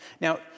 Now